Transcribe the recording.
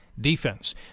defense